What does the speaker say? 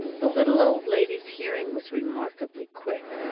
the little old lady's hearing was remarkably quick.